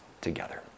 together